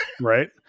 Right